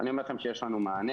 אני אומר לכם שיש לנו מענה.